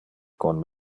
con